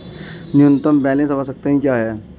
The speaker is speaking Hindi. न्यूनतम बैलेंस आवश्यकताएं क्या हैं?